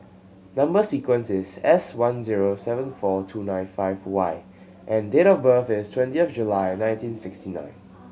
number sequence is S one zero seven four two nine five Y and date of birth is twentieth July nineteen sixty nine